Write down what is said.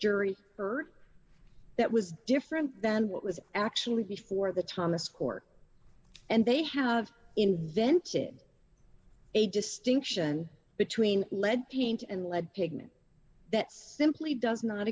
jury heard that was different than what was actually before the thomas court and they have invented a distinction between lead paint and lead pigment that simply does not